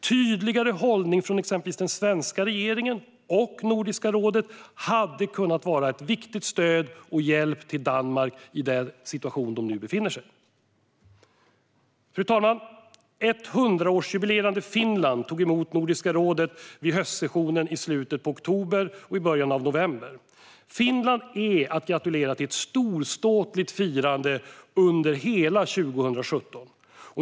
Tydligare hållning från exempelvis den svenska regeringen och Nordiska rådet hade kunnat vara ett viktigt stöd för och en hjälp till Danmark i den situation som man nu befinner sig i. Fru talman! Ett 100-årsjubilerande Finland tog emot Nordiska rådet vid höstsessionen i slutet av oktober och i början av november. Finland är att gratulera till ett storståtligt firande under hela 2017.